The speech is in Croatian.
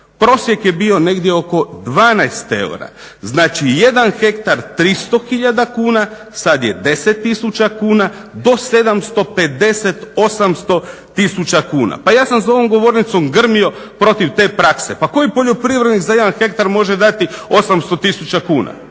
Prosjek je bio negdje oko 12 eura. Znači jedan hektar 300 hiljada kuna, sad je 10 tisuća kuna, do 750, 800 tisuća kuna. Pa ja sam za ovom govornicom grmio protiv te prakse. Pa koji poljoprivrednik za jedan hektar može dati 800 tisuća kuna?